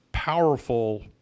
powerful